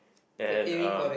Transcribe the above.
and um